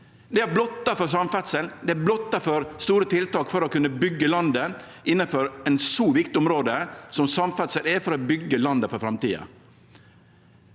Det er blotta for samferdsel og blotta for store tiltak for å kunne byggje landet innanfor eit så viktig område som samferdsel er når det gjeld å byggje landet for framtida.